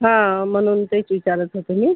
हा म्हणून तेच विचारत होते मी